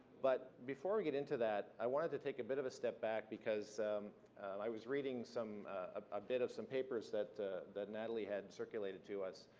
but before we get into that, i wanted to take a bit of a step back, because i was reading a bit of some papers that that natalie had circulated to us